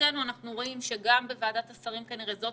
לשמחתנו אנחנו רואים שגם בוועדת השרים כנראה זאת